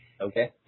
Okay